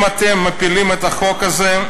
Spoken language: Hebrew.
אם אתם מפילים את החוק הזה,